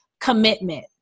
commitment